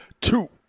two